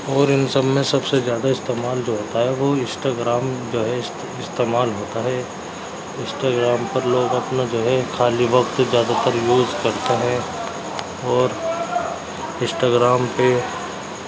اور ان سب میں سب سے زیادہ استعمال جو ہوتا ہے وہ اسٹاگرام جو ہے استعمال ہوتا ہے اسٹاگرام پر لوگ اپنا جو ہے خالی وقت زیادہ تر یوز کرتے ہیں اور اسٹاگرام پہ